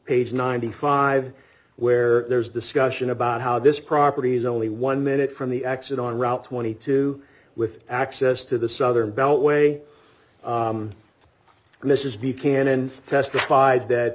page ninety five where there is discussion about how this property is only one minute from the x and on route twenty two with access to the southern beltway mrs b cannon testified that